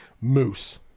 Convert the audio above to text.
Moose